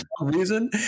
reason